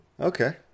okay